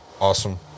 awesome